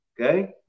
okay